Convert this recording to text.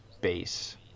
Base